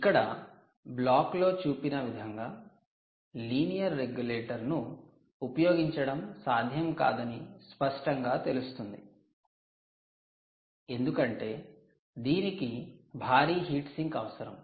ఇక్కడ బ్లాక్లో చూపిన విధంగా లీనియర్ రెగ్యులేటర్ ను ఉపయోగించడం సాధ్యం కాదని స్పష్టంగా తెలుస్తుంది ఎందుకంటే దీనికి భారీ 'హీట్ సింక్' అవసరం